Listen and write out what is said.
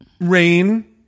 Rain